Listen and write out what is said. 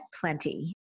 plenty